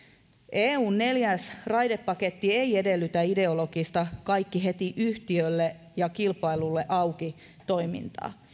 eun neljäs raidepaketti ei edellytä ideologista kaikki heti yhtiölle ja kilpailulle auki toimintaa